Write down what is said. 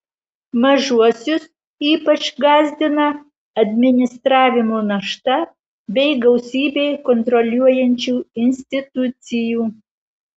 mažuosius ypač gąsdina administravimo našta bei gausybė kontroliuojančių institucijų